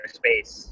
space